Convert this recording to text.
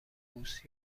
بوس